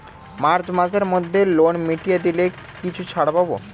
March মাসের মধ্যে loan মিটিয়ে দিলে কি কিছু ছাড় পাব?